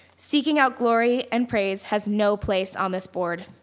seeking out glory and praise has no place on this board,